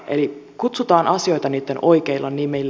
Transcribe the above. eli kutsutaan asioita niitten oikeilla nimillä